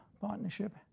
partnership